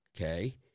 okay